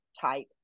type